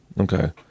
Okay